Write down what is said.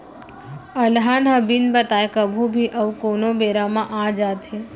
अलहन ह बिन बताए कभू भी अउ कोनों बेरा म आ जाथे